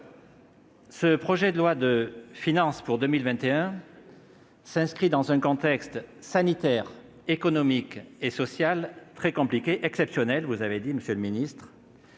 ce projet de loi de finances pour 2021 s'inscrit dans un contexte sanitaire, économique et social très compliqué- « exceptionnel », avez-vous dit, monsieur le ministre.